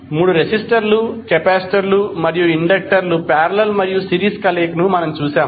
మూడు రెసిస్టర్లు కెపాసిటర్లు మరియు ఇండక్టర్ల పారేలల్ మరియు సిరీస్ కలయికను మనము చూశాము